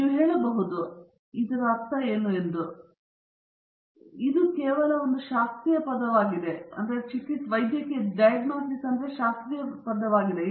ನೀವು ಕೇಳಬಹುದು ಈ ಚಿಕಿತ್ಸೆಯಿಂದ ಏನು ಅರ್ಥ ಇದೆ ಆದರೆ ಈ ಚಿಕಿತ್ಸೆಯು ವೈದ್ಯಕೀಯ ಚಿಕಿತ್ಸೆ ಅಥವಾ ಯಾವ ರೀತಿಯ ಚಿಕಿತ್ಸೆಯಾಗಿದೆ